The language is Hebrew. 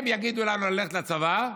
הם יגידו לנו ללכת לצבא,